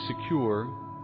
secure